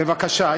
בבקשה,